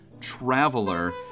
traveler